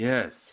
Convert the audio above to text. Yes